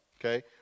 okay